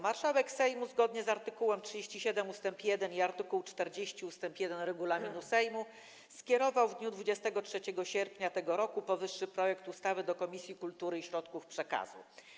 Marszałek Sejmu zgodnie z art. 37 ust. 1 i art. 40 ust. 1 regulaminu Sejmu skierował w dniu 23 sierpnia tego roku powyższy projekt ustawy do Komisji Kultury i Środków Przekazu.